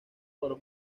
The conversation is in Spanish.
por